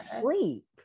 sleep